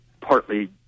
partly